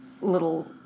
little